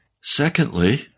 Secondly